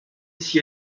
s’y